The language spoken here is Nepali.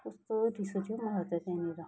कस्तो रिस उठ्यो हौ मलाई त त्यहाँनिर